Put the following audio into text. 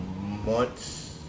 months